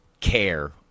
care